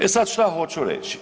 E sad, što hoću reći?